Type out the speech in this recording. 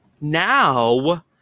now